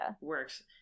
works